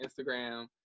Instagram